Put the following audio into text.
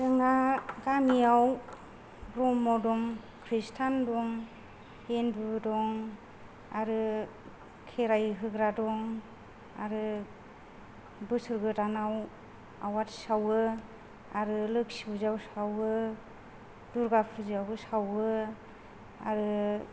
जोंना गामियाव ब्रह्म दं ख्रिष्टियान दं हिन्दु दं आरो खेराइ होग्रा दं आरो बोसोर गोदानाव आवाथि सावो आरो लोखि फुजायाव सावो दुर्गा फुजायावबो सावो आरो